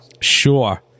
Sure